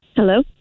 Hello